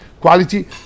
quality